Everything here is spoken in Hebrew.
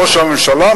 ראש הממשלה,